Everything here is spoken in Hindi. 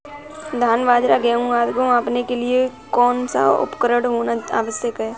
धान बाजरा गेहूँ आदि को मापने के लिए कौन सा उपकरण होना आवश्यक है?